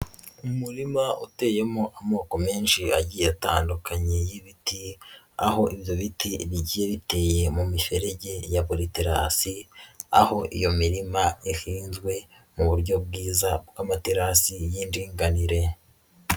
Umurima uteyemo amoko menshi agiye atandukanye y'ibiti, aho ibyo biti bigiye biteye mu miferege ya buri terasi, aho iyo mirima ihinzwe mu buryo bwiza bw'amaterasi y'indinganire.